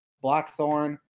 Blackthorn